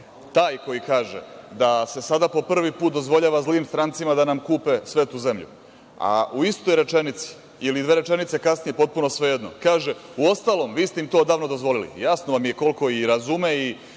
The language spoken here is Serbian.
koji kaže da se sada po prvi put dozvoljava zlim strancima da nam kupe svetu zemlju, a u istoj rečenici ili dve rečenice kasnije, potpuno svejedno kaže – uostalom, vi ste im to odavno dozvolili. Jasno vam je i koliko razume i